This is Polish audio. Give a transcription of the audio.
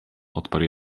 odparł